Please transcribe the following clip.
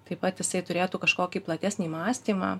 taip pat jisai turėtų kažkokį platesnį mąstymą